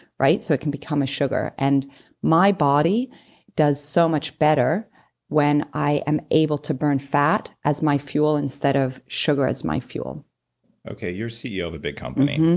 so it can become a sugar. and my body does so much better when i am able to burn fat as my fuel instead of sugar as my fuel okay, you're ceo of a big company.